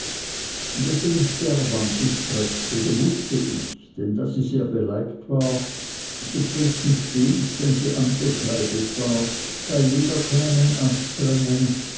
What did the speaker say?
daß sie mich derb an sich preßte wußte ich denn da sie sehr beleibt war so pflegten stets wenn sie angekleidet war bei jeder kleinen anstrengung